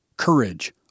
Courage